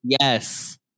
Yes